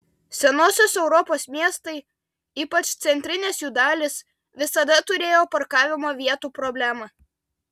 senosios europos miestai ypač centrinės jų dalys visada turėjo parkavimo vietų problemą